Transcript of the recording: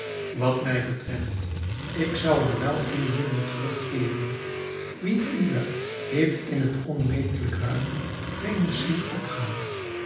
wat mij betreft ik zou er wel in willen terugkeeren wie uwer heeft in het onmetelijk ruim venus zien opgaan